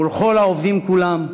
ולכל העובדים כולם.